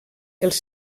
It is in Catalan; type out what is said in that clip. els